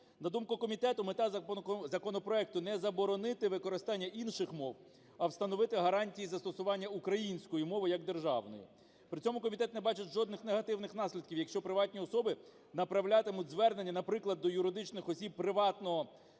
На думку комітету, мета законопроекту не заборонити використання інших мов, а встановити гарантії і застосування української мови як державної. При цьому комітет не бачить жодних негативних наслідків, якщо приватні особи направлятимуть звернення, наприклад, до юридичних осіб приватного права